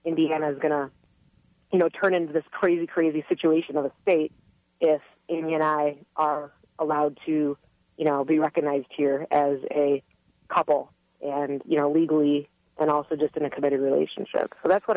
indiana is going to turn into this crazy crazy situation of the state if any and i are allowed to you know be recognized here as a couple and you know legally and also just in a committed relationship so that's what